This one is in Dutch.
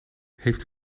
heeft